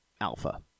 alpha